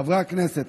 חברי הכנסת,